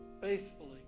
faithfully